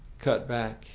cutback